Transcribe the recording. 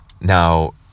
Now